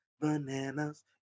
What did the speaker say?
bananas